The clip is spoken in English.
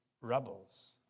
rebels